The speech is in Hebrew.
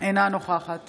אינה נוכחת